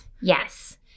yes